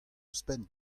ouzhpenn